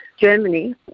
Germany